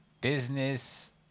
business